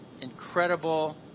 incredible